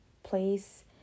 place